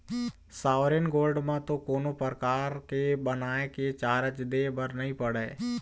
sovereign gold म तो कोनो परकार के बनाए के चारज दे बर नइ पड़य